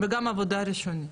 וגם עבודה ראשונה.